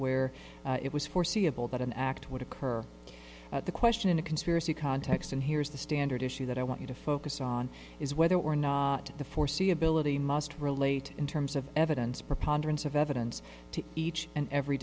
where it was foreseeable that an act would occur the question in a conspiracy context and here is the standard issue that i want you to focus on is whether or not the foreseeability must relate in terms of evidence preponderance of evidence to each and every